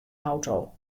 auto